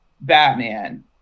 Batman